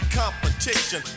competition